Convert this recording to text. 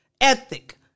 ethic